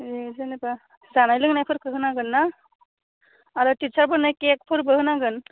जेनेबा जानाय लोंनायफोरखौ होनांगोन्ना आरो थिसारफोरनो खेकफोरबो होनांगोन